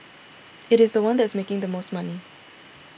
it is the one that is making the most money